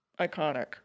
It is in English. iconic